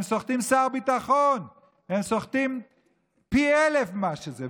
הן סוחטות שר ביטחון, הן סוחטות פי אלף ממה שזה.